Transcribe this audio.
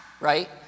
right